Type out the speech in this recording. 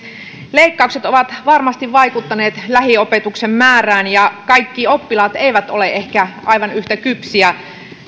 leikkaukset ovat varmasti vaikuttaneet lähiopetuksen määrään ja kaikki oppilaat eivät ole ehkä aivan yhtä kypsiä